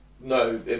no